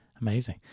Amazing